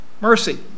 Mercy